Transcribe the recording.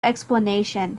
explanation